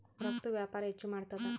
ರಫ್ತು ವ್ಯಾಪಾರ ಹೆಚ್ಚು ಮಾಡ್ತಾದ